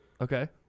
Okay